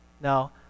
now